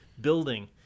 building